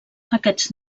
aquests